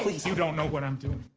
you don't know what i'm doing.